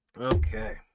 okay